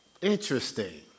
Interesting